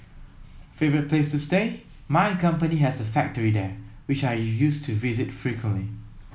favourite place to stay my company has a factory there which I used to visit frequently